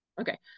Okay